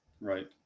Right